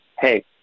hey